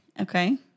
Okay